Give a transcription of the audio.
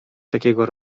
takiego